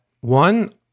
one